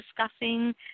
discussing